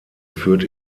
führt